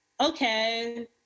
okay